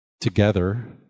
together